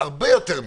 הרבה יותר מזה.